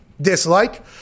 dislike